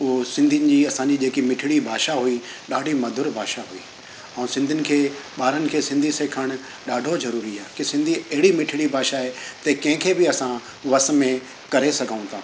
उहे सिंधियुनि जी असांजी जेकी मिठड़ी भाषा हुई ॾाढी मधुर भाषा हुई ऐं सिंधियुनि खे ॿारनि खे सिंधी सिखणु ॾाढो ज़रूरी आहे की सिंधी अहिड़ी मिठड़ी भाषा आहे त कंहिंखे बि असां वस में करे सघूं था